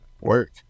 work